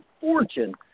fortune